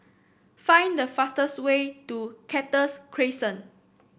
find the fastest way to Cactus Crescent